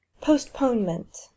postponement